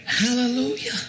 Hallelujah